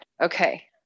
Okay